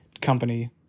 company